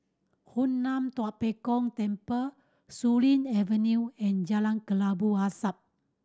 Hoon Lam Tua Pek Kong Temple Surin Avenue and Jalan Kelabu Asap